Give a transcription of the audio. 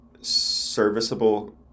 serviceable